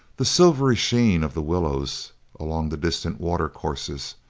the silvery sheen of the willows along the distant water-courses,